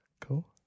Cool